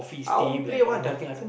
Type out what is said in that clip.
I won't play one ah